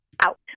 out